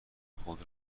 خود